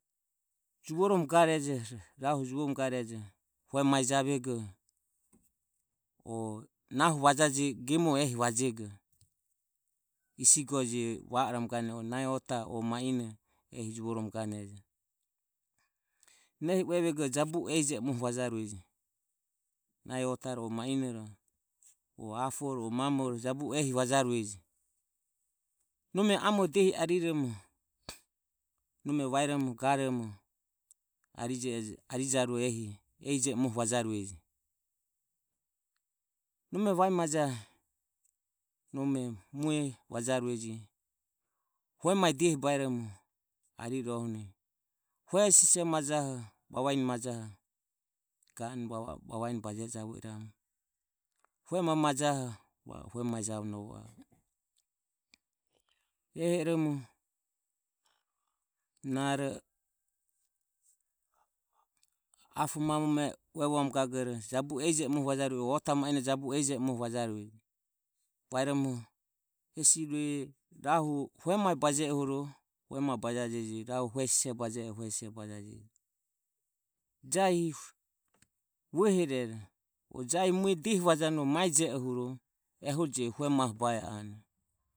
Juvoromo garejo rahu juvoromo garejo hue mae javego o nahu vajaje gemoho ehi vajego isi go je va oromo gane nahi ota o ma ino ehi juvoromo ganejo na ehi uevego jabu o ehije e muoho vajarueje nahi ota ro o ma inoro o aporo o mamoro rohu jabu o ehi vajarueje nome amore diehi ariromo nome vaeromo garomo arijarue mue vajarueje nome vae maja mue vajarueje hue mae diehi baeromo ari rohohuni hue sise majaho vavani majaho ga anue vavani baje e javo iramu hue mae majoho hue mae javonovo a e ehi oromo naro apo mamo uevamu gagoro jabu o ehije e muoho vajarueje. Vaeromo hesirue rahu hue mae baje ohuro hue mae bajajeje rahu hue sise baje oho hue sise bajajeje jahi vuehere jahi mue diehi vajanuoho mae je ohuro ehuro je hue mae bae a anue.